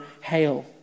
hail